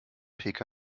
pkw